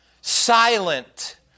silent